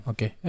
Okay